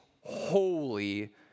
holy